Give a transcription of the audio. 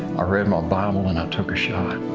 ah read my bible and i took a shot.